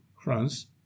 France